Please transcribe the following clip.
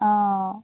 অঁ